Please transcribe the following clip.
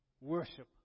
Worship